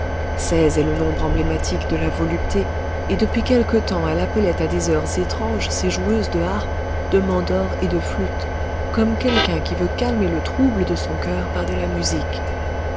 est le nombre emblématique de la volupté et depuis quelque temps elle appelait à des heures étranges ses joueuses de harpe de mandore et de flûte comme quelqu'un qui veut calmer le trouble de son cœur par de la musique